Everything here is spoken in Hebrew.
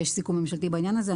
יש סיכום ממשלתי בעניין הזה.